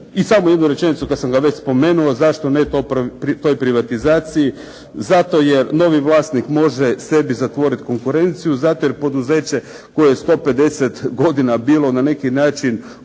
I samo jednu rečenicu, kada sam ga već spomenuo, zašto ne toj privatizaciji? Zato jer novi vlasnik može sebi zatvoriti konkurenciju zato jer poduzeće koje je 150 godina bilo na neki način u